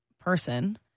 person